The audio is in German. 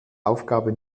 aufgabe